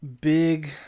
big